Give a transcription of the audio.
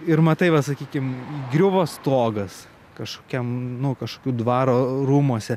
ir matai va sakykim griuvo stogas kažkokiam nu kažkokių dvaro rūmuose